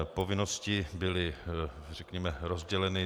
Povinnosti byly, řekněme, rozděleny.